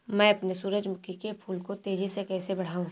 मैं अपने सूरजमुखी के फूल को तेजी से कैसे बढाऊं?